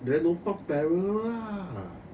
then don't park para lah